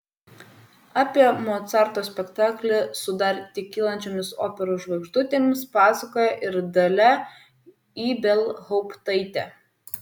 apie mocarto spektaklį su dar tik kylančiomis operos žvaigždutėmis pasakoja ir dalia ibelhauptaitė